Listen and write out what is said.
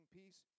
peace